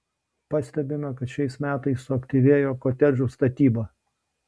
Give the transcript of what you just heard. pastebime kad šiais metais suaktyvėjo kotedžų statyba